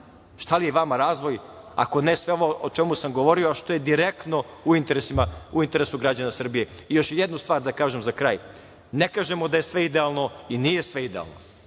šta li je vama razvoj, ako ne sve ovo o čemu sam govorio, što je direktno u interesu građana Srbije. Još jedna stvar za kraj, ne kažemo da je sve idealno i nije sve idealno,